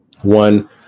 One